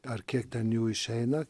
ar kiek ten jų išeina